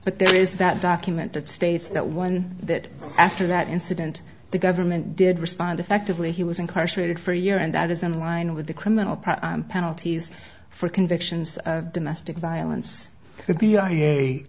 but there is that document that states that one that after that incident the government did respond effectively he was incarcerated for a year and that is in line with the criminal part penalties for convictions of domestic violence